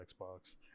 Xbox